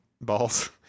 balls